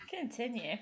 Continue